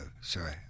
sorry